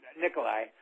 Nikolai